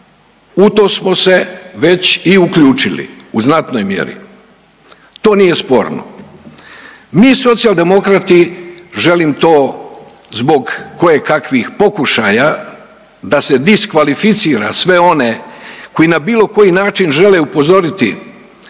U to smo se već i uključili u znatnoj mjeri. To nije sporno. Mi Socijaldemokrati želim to zbog kojekakvih pokušaja da se diskvalificira sve one koji na bilo koji način žele upozoriti